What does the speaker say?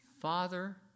Father